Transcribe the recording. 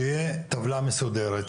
שתהיה טבלה מסודרת,